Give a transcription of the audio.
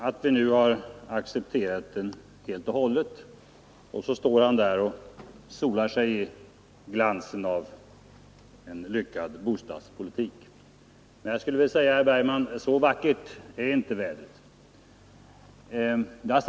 Att vi nu har accepterat den helt och hållet, och så står han där och solar sig i glansen av en lyckad bostadspolitik. Men så vackert är inte vädret, herr Bergman.